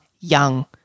young